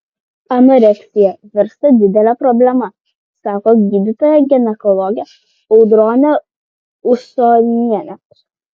anoreksija virsta didele problema sako gydytoja ginekologė audronė usonienė